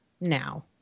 now